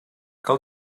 cal